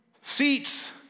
seats